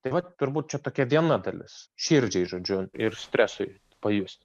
taip vat turbūt čia tokia viena dalis širdžiai žodžiu ir stresui pajust